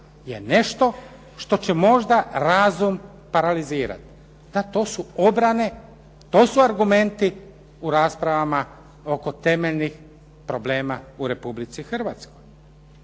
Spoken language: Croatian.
je nešto što će možda razum paralizirati. Da to su obrane, to su argumenti u raspravama oko temeljnih problema u Republici Hrvatskoj.